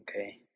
Okay